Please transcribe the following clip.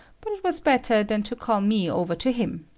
but it was better than to call me over to him.